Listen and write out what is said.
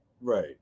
Right